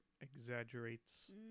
exaggerates